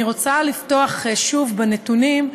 אני רוצה לפתוח שוב בנתונים,